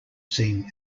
seen